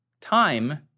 Time